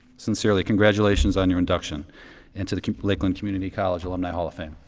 sincerely, congratulations on your induction into the lakeland community college alumni hall of fame.